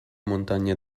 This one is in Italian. montagne